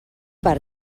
per